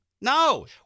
No